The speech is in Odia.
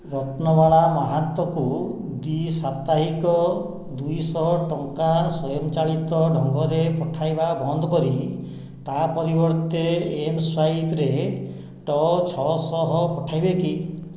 ରତ୍ନବାଳା ମହାର୍ତ୍ତକୁ ଦ୍ୱିସାପ୍ତାହିକ ଦୁଇଶହ ଟଙ୍କା ସ୍ୱୟଂ ଚାଳିତ ଢଙ୍ଗରେ ପଠାଇବା ବନ୍ଦ କରି ତା ପରିବର୍ତ୍ତେ ଏମ୍ସ୍ୱାଇପ୍ରେ ଟ ଛଅଶହ ପଠାଇବେ କି